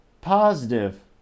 positive